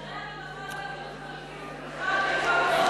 שרי הרווחה והבריאות כבר הביעו תמיכה בדאגה לזכויותיהם.